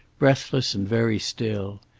breathless and very still.